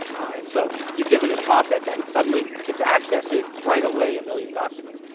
and so you give it a topic, and suddenly, it's accessing right away a million documents.